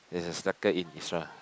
there's a slacker in his